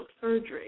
surgery